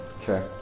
Okay